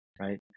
Right